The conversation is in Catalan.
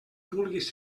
vulguis